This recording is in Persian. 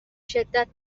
شدت